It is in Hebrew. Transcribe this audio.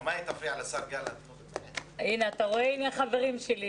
הנה החברים שלי.